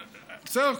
בסדר,